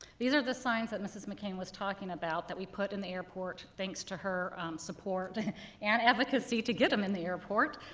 these are the signs that mrs. mccain was talking about that we put in the airport, thanks to her support and advocacy to get them in the airport.